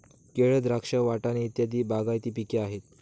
केळ, द्राक्ष, वाटाणे इत्यादी बागायती पिके आहेत